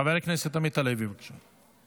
חבר הכנסת עמית הלוי, בבקשה.